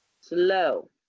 Slow